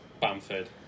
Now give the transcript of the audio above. Bamford